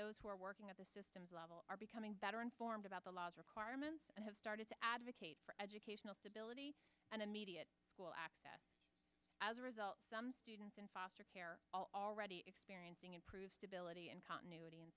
those who are working at the systems level are becoming better informed about the laws requirements and have started to advocate for educational stability and immediate as a result some students in foster care already experiencing improved stability and continuity